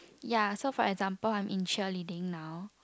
ya so for example I'm in cheerleading now